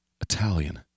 Italian